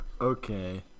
okay